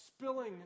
spilling